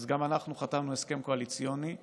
גם אנחנו חתמנו הסכם קואליציוני בזמנו,